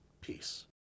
peace